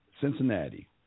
Cincinnati